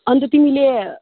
अन्त तिमीले